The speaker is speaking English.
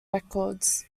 records